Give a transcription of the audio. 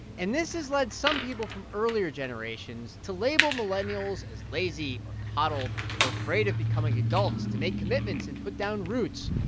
and this has led some people from earlier generations to label millennials as lazy or coddled or afraid of becoming adults, to make commitments and put down roots.